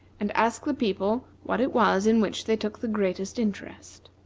and ask the people what it was in which they took the greatest interest.